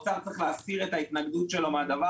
משרד האוצר צריך להסיר את ההתנגדות שלו לדבר